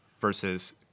versus